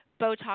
Botox